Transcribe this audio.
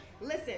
Listen